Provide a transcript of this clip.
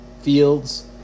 Fields